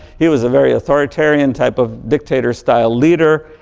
he was a very authoritarian type of dictator style leader.